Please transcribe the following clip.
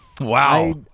Wow